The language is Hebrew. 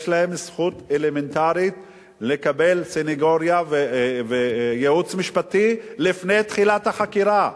שיש להם זכות אלמנטרית לקבל סניגוריה וייעוץ משפטי לפני תחילת החקירה.